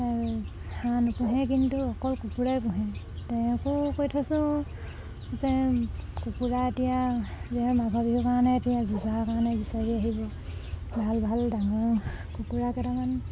হাঁহ নোপোহে কিন্তু অকল কুকুৰাই পোহে তেওঁকো কৈ থৈছোঁ যে কুকুৰা এতিয়া এতিয়া মাঘৰ বিহুৰ কাৰণে এতিয়া যুঁজোৱাৰ কাৰণে বিচাৰি আহিব ভাল ভাল ডাঙৰ কুকুৰা কেইটামান